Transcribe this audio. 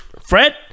Fred